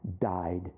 died